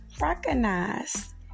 recognize